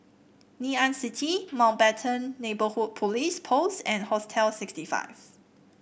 Ngee Ann City Mountbatten Neighbourhood Police Post and Hostel sixty five